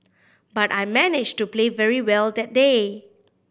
but I managed to play very well that day